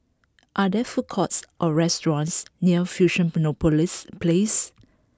are there food courts or restaurants near Fusionopolis Place